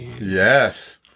Yes